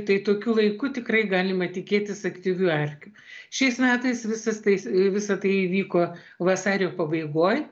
tai tokiu laiku tikrai galima tikėtis aktyvių erkių šiais metais visas tai visa tai įvyko vasario pabaigoj